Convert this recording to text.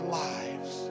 lives